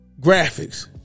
Graphics